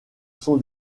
son